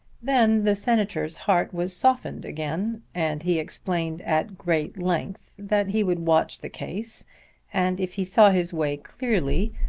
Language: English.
then the senator's heart was softened again and he explained at great length that he would watch the case and if he saw his way clearly,